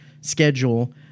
schedule